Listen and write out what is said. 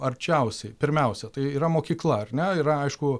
arčiausiai pirmiausia tai yra mokykla ar ne yra aišku